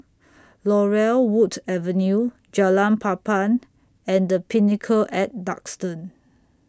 Laurel Wood Avenue Jalan Papan and The Pinnacle At Duxton